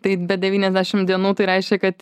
taip bet devyniasdešim dienų tai reiškia kad